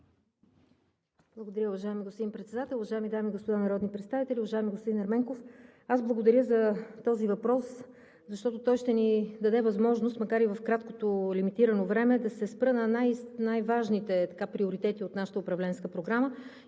Благодаря, уважаеми господин Председател. Уважаеми дами и господа народни представители! Уважаеми господин Ерменков, аз благодаря за този въпрос, защото той ще ни даде възможност, макар и в краткото лимитирано време, да се спра на най-важните приоритети от нашата управленска програма